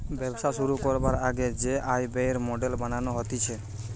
ব্যবসা শুরু করবার আগে যে আয় ব্যয়ের মডেল বানানো হতিছে